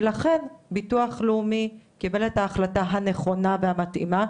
ולכן ביטוח לאומי קיבל את ההחלטה הנכונה והמתאימה,